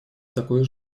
такое